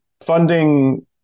funding